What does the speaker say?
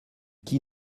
qui